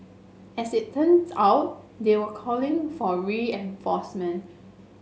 as it turns out they were calling for reinforcement